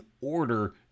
order